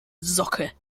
socke